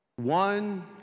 One